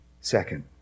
Second